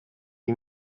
iyi